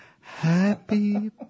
Happy